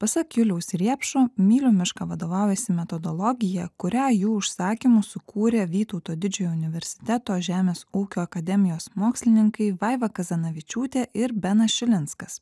pasak juliaus riepšo myliu mišką vadovaujasi metodologija kurią jų užsakymu sukūrė vytauto didžiojo universiteto žemės ūkio akademijos mokslininkai vaiva kazanavičiūtė ir benas šilinskas